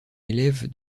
élève